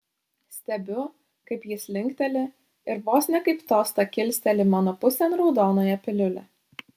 stebiu kaip jis linkteli ir vos ne kaip tostą kilsteli mano pusėn raudonąją piliulę